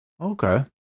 okay